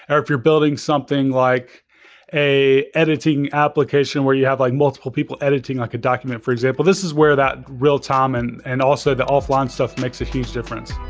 or if you're building something like a editing application, where you have like multiple people editing like a document for example, this is where that real-time and and also the offline stuff makes a huge difference